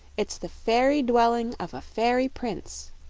it's the fairy dwelling of a fairy prince.